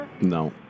No